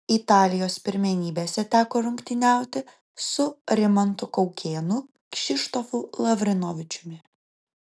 italijos pirmenybėse teko rungtyniauti su rimantu kaukėnu kšištofu lavrinovičiumi